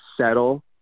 settle